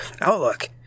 outlook